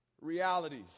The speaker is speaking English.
realities